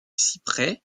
cyprès